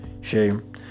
Shame